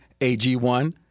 AG1